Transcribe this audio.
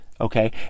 okay